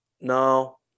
No